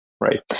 right